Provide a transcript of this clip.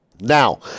Now